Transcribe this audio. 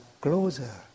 closer